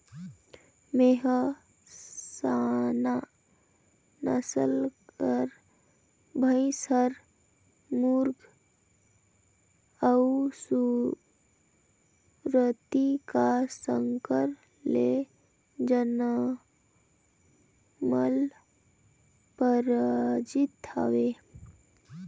मेहसाना नसल कर भंइस हर मुर्रा अउ सुरती का संकर ले जनमल परजाति हवे